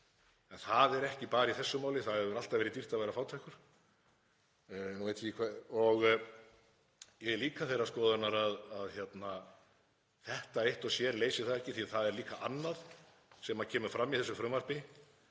En það er ekki bara í þessu máli, það hefur alltaf verið dýrt að vera fátækur. Ég er líka þeirrar skoðunar að þetta eitt og sér leysi það ekki því að það er líka annað sem kemur fram í þessu frumvarpi